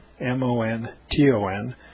M-O-N-T-O-N